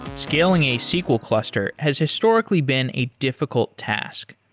scaling a sql cluster has historically been a difficult task.